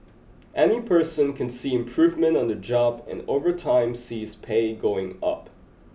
any person can see improvement on the job and over time see his pay going up